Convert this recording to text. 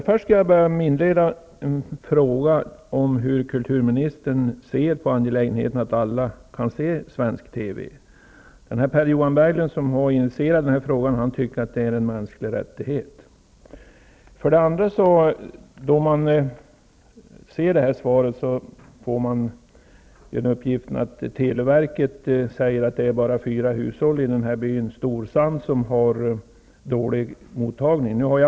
Fru talman! För det första vill jag fråga hur kulturministern ser på angelägenheten av att alla kan se svensk TV. Per-Johan Berglund, som har initierat frågan, tycker att det är en mänsklig rättighet. För det andra: I svaret får jag uppgiften att televerket säger att det bara är fyra hushåll i byn Storsand som har dåliga mottagningsförhållanden.